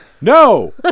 no